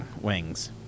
wings